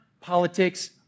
politics